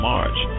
March